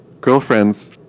girlfriend's